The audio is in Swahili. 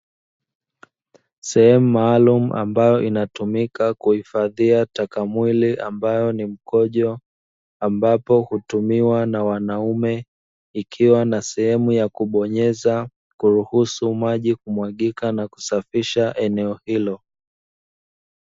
Sehemu maalumu ambayo inatumika kuhifadhia taka mwili, ambayo ni mkojo ambapo hutumiwa na wanaume ikiwa na sehemu ya kubonyeza kuruhusu maji kumwagika na kusafisha eneo hilo.